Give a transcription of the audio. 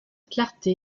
clarté